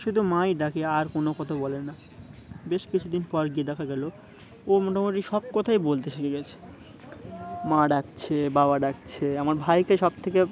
শুধু মাাই ডাকে আর কোনো কথা বলে না বেশ কিছুদিন পর গিয়ে দেখা গেলো ও মোটামুটি সব কথাই বলতে শিখে গেছে মা ডাকছে বাবা ডাকছে আমার ভাইকে সব থেকে